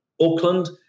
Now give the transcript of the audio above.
Auckland